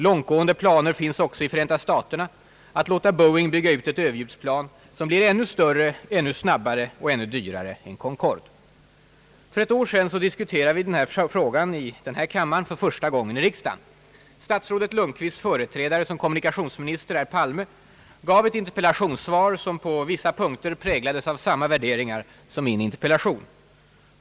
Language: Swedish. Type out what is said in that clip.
Långtgående planer finns också i Förenta staterna att låta Boeing bygga ett överljudsplan som blir ännu större, ännu snabbare och ännu dyrare än Concorde. För ett år sedan diskuterade vi den här frågan i kammaren för första gången i riksdagen. Statsrådet Lundkvists företrädare som kommunikationsminister, herr Palme, gav ett interpellationssvar som på vissa punkter präglades av samma värderingar som min interpellation.